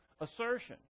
assertion